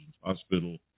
Hospital